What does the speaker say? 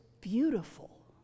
beautiful